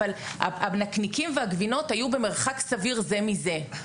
אבל הנקניקים והגבינות היו במרחק סביר זה מזה.